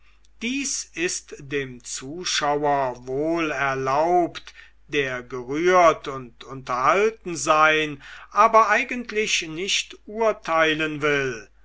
dies ist dem zuschauer wohl erlaubt der gerührt und unterhalten sein aber eigentlich nicht urteilen will